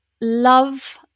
love